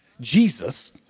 Jesus